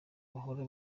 bahora